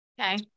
Okay